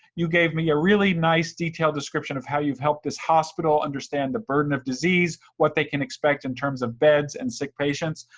you gave me a really nice detailed description of how you've helped this hospital understand the burden of disease, what they can expect in terms of beds and sick patients.